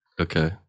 okay